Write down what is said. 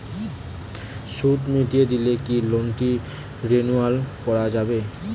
সুদ মিটিয়ে দিলে কি লোনটি রেনুয়াল করাযাবে?